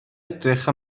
edrych